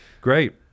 great